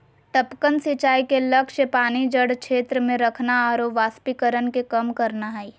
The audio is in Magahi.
टपकन सिंचाई के लक्ष्य पानी जड़ क्षेत्र में रखना आरो वाष्पीकरण के कम करना हइ